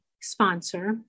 sponsor